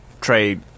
trade